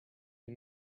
you